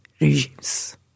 Regimes